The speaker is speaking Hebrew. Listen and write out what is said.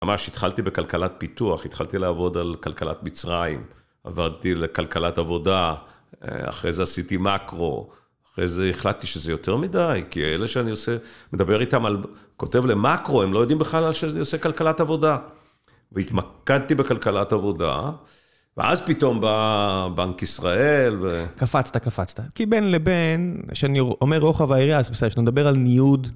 ממש התחלתי בכלכלת פיתוח, התחלתי לעבוד על כלכלת מצרים, עברתי לכלכלת עבודה, אחרי זה עשיתי מקרו, אחרי זה החלטתי שזה יותר מדי, כי אלה שאני עושה, מדבר איתם על, כותב למקרו, הם לא יודעים בכלל על שאני עושה כלכלת עבודה. והתמקדתי בכלכלת עבודה, ואז פתאום בא בנק ישראל ו... קפצת, קפצת. כי בין לבין, כשאני אומר רוחב העירייה, אז בסדר, כשנדבר על ניוד...